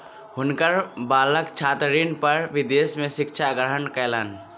हुनकर बालक छात्र ऋण पर विदेश में शिक्षा ग्रहण कयलैन